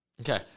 Okay